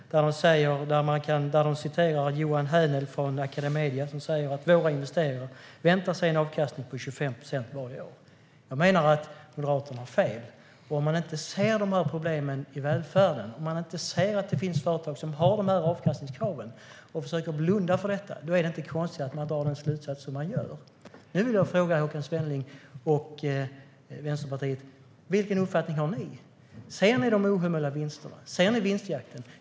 Där citerar man Johan Hähnel från Academedia, som säger: "Våra investerare väntar sig en avkastning på 25 procent varje år." Jag menar att Moderaterna har fel. Men om de inte ser de här problemen i välfärden, om de inte ser att det finns företag som har de här avkastningskraven eller om de försöker blunda för detta, då är det inte konstigt att de drar de slutsatser de gör. Nu vill jag fråga Håkan Svenneling och Vänsterpartiet: Vilken uppfattning har ni? Ser ni de ohemula vinsterna? Ser ni vinstjakten?